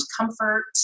comfort